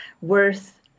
worth